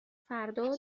فردا